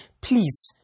Please